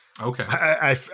Okay